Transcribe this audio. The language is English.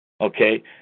okay